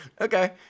okay